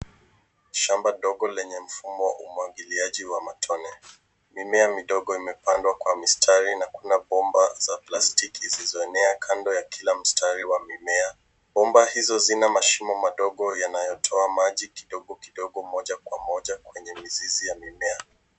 Shamba ndogo lenye mfumo wa umwangiliaji wa matone. Mimea midogo imepandwa kwa mistari na kuna bomba za plastiki zilizoenea kando ya kila mstari wa mimea. Bomba hizo zina mashimo madogo yanayotoa maji kidogo kidogo kwenye mizizi ya mimea.